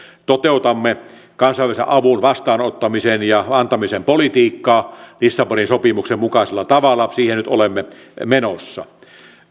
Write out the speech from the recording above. toteutamme kansallisen avun vastaanottamisen ja antamisen politiikkaa lissabonin sopimuksen mukaisella tavalla siihen nyt olemme menossa